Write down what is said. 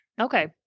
Okay